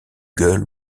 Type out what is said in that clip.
gueule